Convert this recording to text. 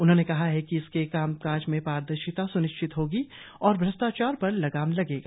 उन्होंने कहा कि इससे कामकाज में पादर्शिता स्निश्चित होगी और भ्रष्टाचार पर लगाम लगेगा